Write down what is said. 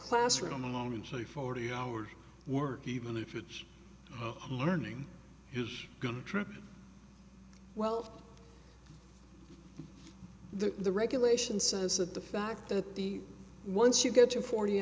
classroom alone it's a forty hour work even if it's learning is going to trip well the regulation says that the fact that the once you get to forty